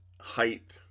hype